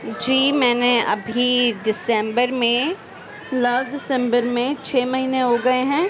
جی میں نے ابھی دسمبر میں لاسٹ دسمبر میں چھ مہینے ہو گئے ہیں